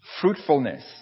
fruitfulness